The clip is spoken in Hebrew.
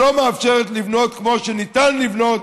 שלא מאפשרת לבנות, כמו שניתן לבנות,